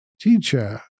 teacher